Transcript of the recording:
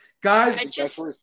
Guys